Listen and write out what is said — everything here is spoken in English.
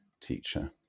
Teacher